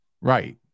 Right